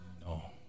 No